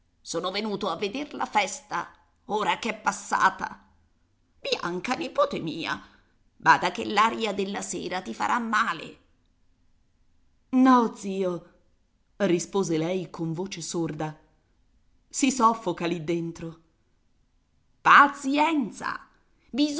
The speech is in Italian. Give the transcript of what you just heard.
sono venuto a veder la festa ora ch'è passata bianca nipote mia bada che l'aria della sera ti farà male no zio rispose lei con voce sorda si soffoca lì dentro pazienza